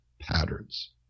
patterns